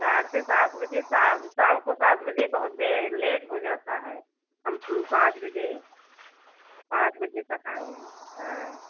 चार से सात बजे शाम शाम को सात बजे बहुत दे लेट हो जाता है हम पाँच बजे पाँच बजे तक आएंगे हाँ